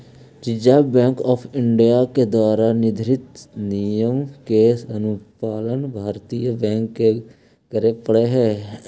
reserve bank of India के द्वारा निर्धारित नियम के अनुपालन भारतीय बैंक के करे पड़ऽ हइ